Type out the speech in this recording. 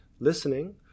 Listening